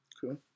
cool